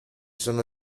sono